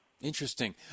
interesting